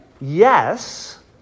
yes